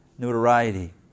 Notoriety